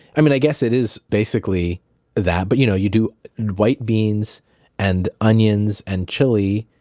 i mean, i guess it is basically that, but you know, you do white beans and onions and chili.